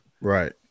Right